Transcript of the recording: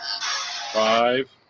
Five